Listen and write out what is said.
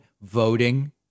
voting